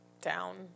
down